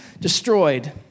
destroyed